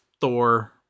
Thor